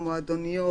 אני לא בעסק, נקודה.